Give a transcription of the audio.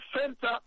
center